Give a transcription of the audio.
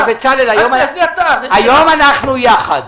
בצלאל, היום אנחנו יחד.